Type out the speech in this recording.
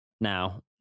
Now